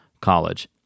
college